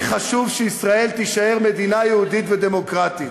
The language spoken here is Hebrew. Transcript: לי חשוב שישראל תישאר מדינה יהודית ודמוקרטית.